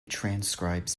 transcribes